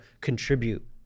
contribute